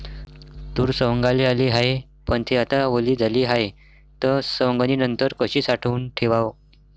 तूर सवंगाले आली हाये, पन थे आता वली झाली हाये, त सवंगनीनंतर कशी साठवून ठेवाव?